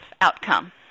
outcome